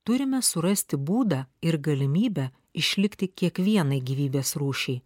turime surasti būdą ir galimybę išlikti kiekvienai gyvybės rūšiai